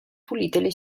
pulite